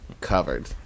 covered